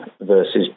versus